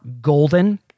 golden